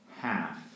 half